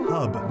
Hub